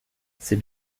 c’est